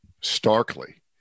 starkly